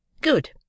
Good